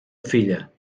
filha